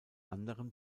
anderen